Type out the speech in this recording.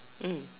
mm